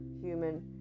human